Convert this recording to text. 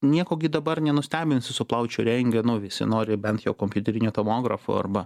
nieko gi dabar nenustebinsi su plaučių rentgenu visi nori bent jo kompiuteriniu tomografu arba